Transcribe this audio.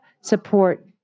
support